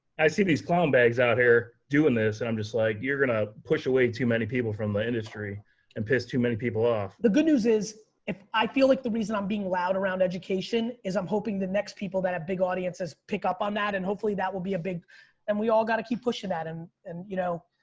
i see these clown bags out here doing this and i'm just like, you're gonna push away too many people from the industry and piss too many people off. the good news is if i feel like the reason i'm being loud around education is i'm hoping the next people that have big audiences pick up on that. and hopefully that will be a big and we all gotta keep pushing that and and you know,